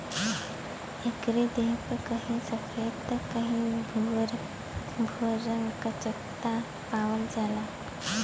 एकरे देह पे कहीं सफ़ेद त कहीं भूअर भूअर रंग क चकत्ता पावल जाला